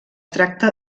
tracta